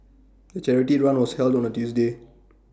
the charity run was held on A Tuesday